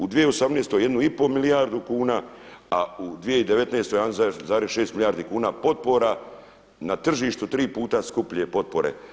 U 2018. 1,5 milijardu kuna, a u 2019. 1,6 milijardi kuna potpora na tržištu tri puta skuplje potpore.